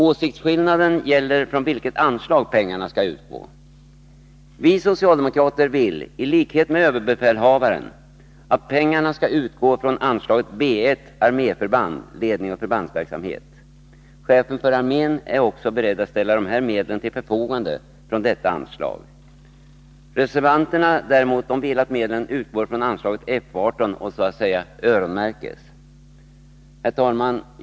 Åsiktsskillnaden gäller från vilket anslag pengarna skall utgå. Vi socialdemokrater vill i likhet med överbefälhavaren att pengarna skall utgå från anslaget B 1. Arméförband: Ledning och förbandsverksamhet. Chefen för armén är också beredd att ställa de här medlen till förfogande från detta anslag. Reservanterna däremot vill att medlen utgår från anslaget F 18 och så att säga öronmärkes. Herr talman!